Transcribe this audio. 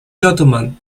gentlemen